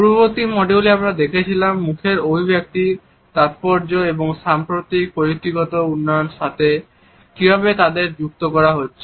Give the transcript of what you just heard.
পূর্ববর্তী মডিউলে আমরা দেখেছিলাম মুখের অভিব্যক্তিগুলির তাৎপর্য এবং সাম্প্রতিক প্রযুক্তিগত উন্নয়ন সাথে কীভাবে তাদের যুক্ত করা হচ্ছে